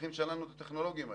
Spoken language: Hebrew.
לצרכים שלנו את הטכנולוגים האלה.